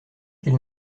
qu’il